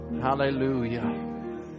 hallelujah